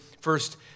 first